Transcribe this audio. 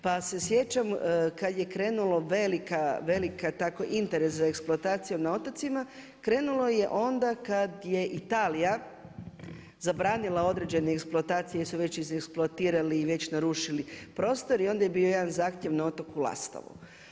Pa se sjećam kada je krenulo veliki interes za eksploataciju na otocima, krenulo je onda kada je Italija zabranila određene eksploracije jer su već iz eksploatirali i već narušili prostor i onda je bio jedan zahtjev na otoku Lastovu.